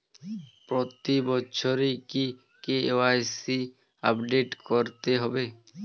প্রতি বছরই কি কে.ওয়াই.সি আপডেট করতে হবে?